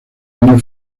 año